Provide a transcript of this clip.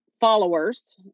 followers